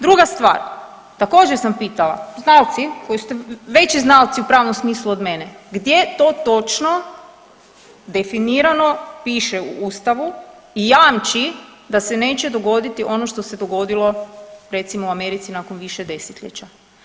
Druga stvar, također sam pitala, znalci koji ste veći znalci u pravnom smislu od mene, gdje to točno definirano piše u Ustavu i jamči da se neće dogoditi ono što se dogodilo recimo u Americi nakon više desetljeća.